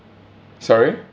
sorry